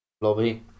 Lobby